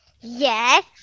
Yes